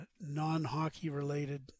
non-hockey-related